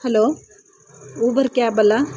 hello Uber cab ಅಲ್ವಾ